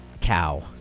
cow